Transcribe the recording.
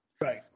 Right